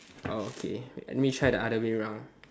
oh okay let me try the other way round